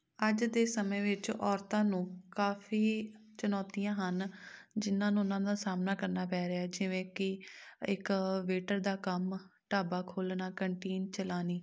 ਅੱਜ ਦੇ ਸਮੇਂ ਵਿੱਚ ਔਰਤਾਂ ਨੂੰ ਕਾਫੀ ਚੁਣੌਤੀਆਂ ਹਨ ਜਿਨ੍ਹਾਂ ਨੂੰ ਉਹਨਾਂ ਦਾ ਸਾਹਮਣਾ ਕਰਨਾ ਪੈ ਰਿਹਾ ਜਿਵੇਂ ਕਿ ਇੱਕ ਵੇਟਰ ਦਾ ਕੰਮ ਢਾਬਾ ਖੋਲ੍ਹਣਾ ਕੰਟੀਨ ਚਲਾਉਣੀ